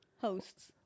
hosts